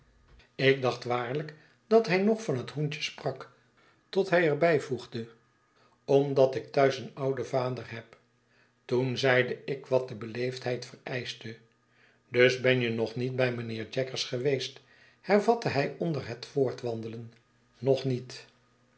ik dacht waarlijk dat hij nog van het hoentje sprak tot hij er bijvoegde omdat ik thuis een ouden vader heb toen zeide ik wat de beleefdheid vereischte dus ben je nog niet bij mijnheer jaggers geweest hervatte hij onder het voortwandelen u nog niet